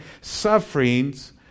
sufferings